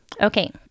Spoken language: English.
Okay